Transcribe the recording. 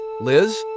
Liz